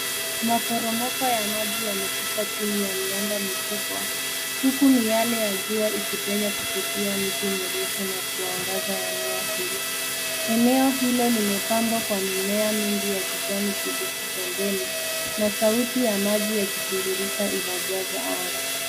Maporomoko ya maji yameshuka chini ya miamba mikubwa huku miale ya jua ikipenya kupitia miti mirefu na kuangaza eneo hilo. Eneo hilo limepambwa kwa mimea mingi ya kijani kibichi pembeni na sauti ya maji ikitiririka inajaza anga.